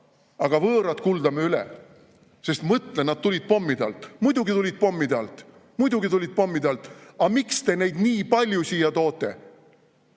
aga võõrad kuldame üle, sest "mõtle, nad tulid pommide alt!". Muidugi tulid pommide alt! Muidugi tulid pommide alt, aga miks te neid nii palju siia toote?